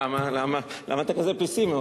למה אתה כזה פסימי?